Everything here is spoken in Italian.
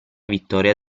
vittoria